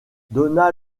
dona